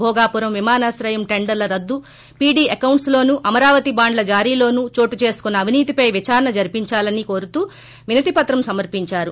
భోగాపురం విమానాశ్రయం టెండర్ల రద్దు పీడీ అకౌంట్స్ లోనూ అమరావతి బాండ్ల జారీలోనూ చోటు చేసుకున్న అవినీతిపై విదారణ జరిపిందాలని కోరుతూ వినతి పత్రం సమర్పిందారు